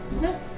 No